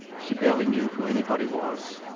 she barely knew who anybody was.